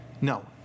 No